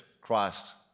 Christ